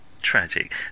tragic